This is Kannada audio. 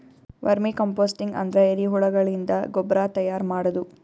ವರ್ಮಿ ಕಂಪೋಸ್ಟಿಂಗ್ ಅಂದ್ರ ಎರಿಹುಳಗಳಿಂದ ಗೊಬ್ರಾ ತೈಯಾರ್ ಮಾಡದು